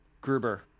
Gruber